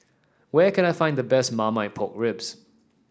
where can I find the best Marmite Pork Ribs